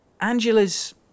Angela's